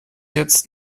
jetzt